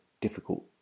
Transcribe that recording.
difficult